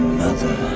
mother